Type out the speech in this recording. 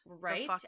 Right